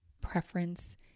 preference